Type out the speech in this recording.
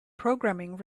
programming